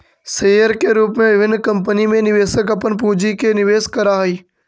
share के रूप में विभिन्न कंपनी में निवेशक अपन पूंजी के निवेश करऽ हइ